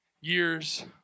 years